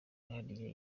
wihariye